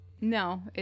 No